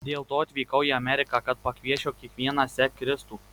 dėl to atvykau į ameriką kad pakviesčiau kiekvieną sek kristų